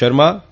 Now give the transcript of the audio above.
શર્મા કે